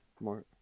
More